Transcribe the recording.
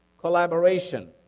collaboration